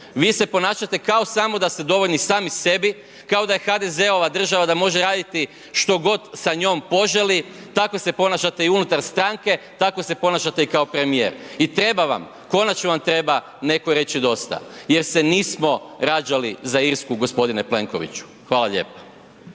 Vi se ponašate kao samo da ste dovoljni sami sebi, kao da je HDZ-ova država, da može raditi što god sa njom poželi, tako se ponašate i unutar stranke, tako se ponašate i kao premijer. I treba vam. Konačno vam treba netko reći dosta. Jer se nismo rađali za Irsku, g. Plenkoviću. Hvala lijepo.